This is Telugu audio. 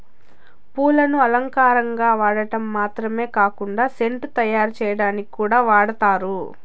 పూలను అలంకారంగా వాడటం మాత్రమే కాకుండా సెంటు తయారు చేయటానికి కూడా వాడతారు